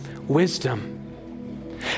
wisdom